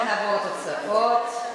נעבור לתוצאות: